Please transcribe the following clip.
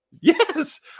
Yes